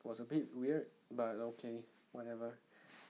was a bit weird but okay whatever